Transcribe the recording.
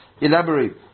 elaborate